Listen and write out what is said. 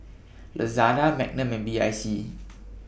Lazada Magnum and B I C